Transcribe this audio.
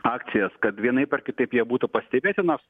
akcijas kad vienaip ar kitaip jie būtų pastebėti nors